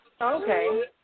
Okay